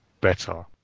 better